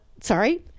Sorry